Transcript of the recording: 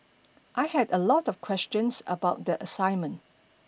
I had a lot of questions about the assignment